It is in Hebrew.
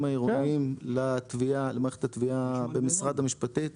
העירוניים למערכת התביעה במשרד המשפטים.